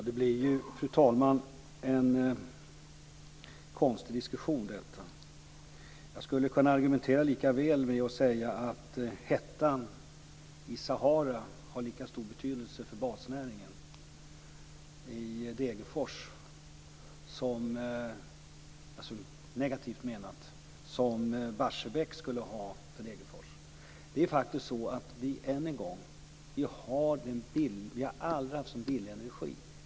Fru talman! Det blir ju en konstig diskussion, detta. Jag skulle kunna argumentera lika väl med att säga att hettan i Sahara har lika stor betydelse för basnäringen i Degerfors - negativt menat - som Barsebäck skulle ha för Degerfors. Det är faktiskt så, än en gång: Vi har aldrig haft så billig energi.